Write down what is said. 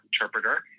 interpreter